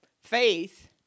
faith